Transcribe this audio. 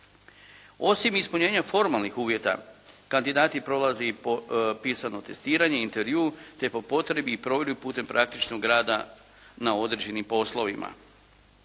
Osim ispunjenja formalnih uvjeta kandidati prolaze i pisano testiranje, intervju te po potrebi i provjeru putem praktičnog rada na određenim poslovima.